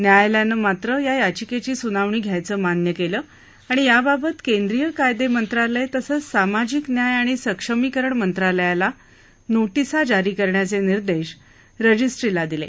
न्यायालयानं मात्र या याचिकेची सुनावणी घ्यायचं मान्य केलं आणि याबाबत केंद्रीय कायदे मंत्रालय तसंच सामाजिक न्याय आणि सक्षमीकरण मंत्रालयाला नोटीसा जारी करण्याचे निर्देश रजिस्ट्रीला दिले